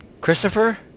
Christopher